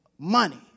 money